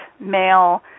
male